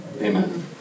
Amen